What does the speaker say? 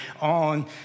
on